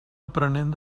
aprenent